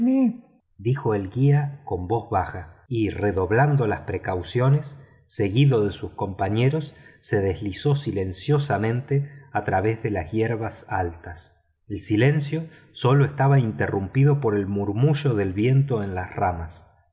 dijo el guía con voz baja y redoblando las precauciones seguido de sus compañeros se deslizó silenciosamente a través de las altas hierbas el silencio sólo estaba interrumpido por el murmullo del viento en las ramas muy